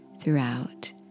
throughout